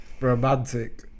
romantic